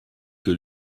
que